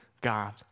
God